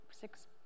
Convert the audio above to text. six